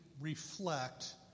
reflect